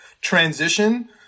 transition